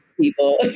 people